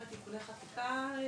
עם תיקוני החקיקה.